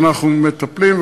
ואנחנו מטפלים.